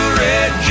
red